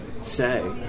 say